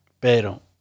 Pero